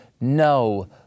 no